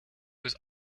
was